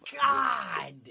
God